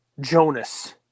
Jonas